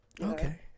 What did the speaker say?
Okay